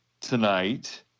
tonight